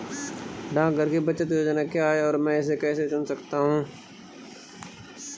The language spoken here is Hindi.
डाकघर की बचत योजनाएँ क्या हैं और मैं इसे कैसे चुन सकता हूँ?